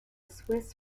swiss